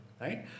right